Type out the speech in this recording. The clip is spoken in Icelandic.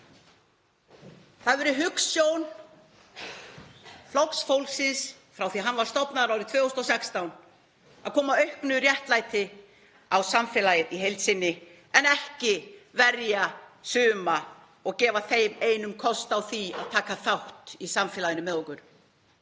verið hugsjón Flokks fólksins frá því að hann var stofnaður árið 2016 að koma á auknu réttlæti í samfélaginu í heild sinni en ekki verja suma og gefa þeim einum kost á því að taka þátt í samfélaginu með okkur.